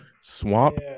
Swamp